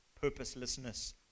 Purposelessness